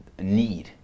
Need